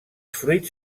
fruits